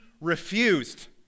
refused